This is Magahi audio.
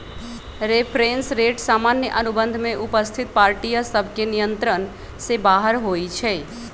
रेफरेंस रेट सामान्य अनुबंध में उपस्थित पार्टिय सभके नियंत्रण से बाहर होइ छइ